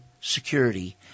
security